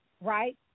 right